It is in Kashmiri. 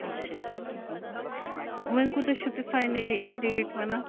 اچھا اچھا کِہیٖنۍ وۄنۍ کوٗتاہ چھِو تُہۍ فاینٔلی اَتھ ریٹ وَنان